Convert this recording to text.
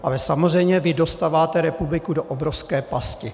Ale samozřejmě vy dostáváte republiku do obrovské pasti.